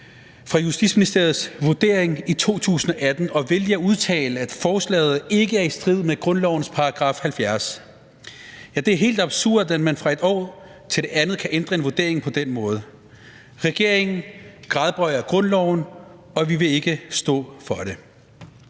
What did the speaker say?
fra Justitsministeriets vurdering i 2018 og vælger at udtale, at forslaget ikke er i strid med grundlovens § 70. Det er helt absurd, at man fra et år til det andet kan ændre en vurdering på den måde. Regeringen gradbøjer grundloven, og vi vil ikke stå for det.